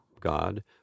God